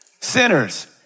sinners